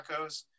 tacos